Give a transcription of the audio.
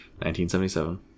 1977